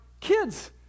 kids